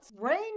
Rain